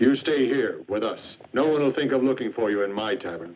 you stay here with us no one will think of looking for you in my